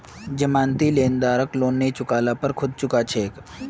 जमानती लेनदारक लोन नई चुका ल पर खुद चुका छेक